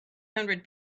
hundred